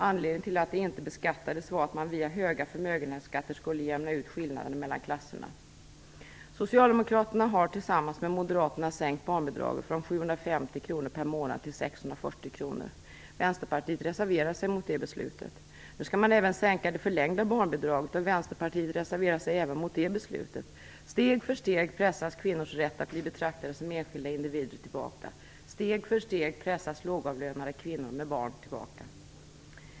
Anledningen till att det inte beskattades var att man via höga förmögenhetsskatter skulle jämna ut skillnaderna mellan klasserna. Socialdemokraterna har tillsammans med Moderaterna sänkt bidraget från 750 kronor till 640 kronor per barn och månad. Vänsterpartiet reserverade sig mot beslutet. Nu skall man även sänka det förlängda barnbidraget, och Vänsterpartiet reserverar sig även mot det beslutet. Steg för steg pressas kvinnors rätt att bli betraktade som enskilda individer tillbaka. Steg för steg pressas lågavlönade kvinnor med barn tillbaka.